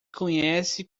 conhece